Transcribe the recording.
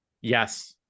Yes